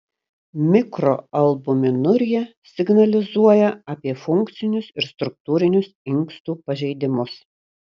mikroalbuminurija signalizuoja apie funkcinius ir struktūrinius inkstų pažeidimus